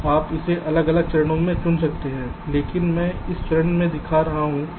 अब आप इसे अलग अलग चरणों में चुन सकते हैं लेकिन मैं एक चरण में दिखा रहा हूं